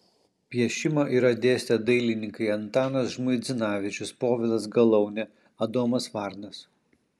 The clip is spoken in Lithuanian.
piešimą yra dėstę dailininkai antanas žmuidzinavičius povilas galaunė adomas varnas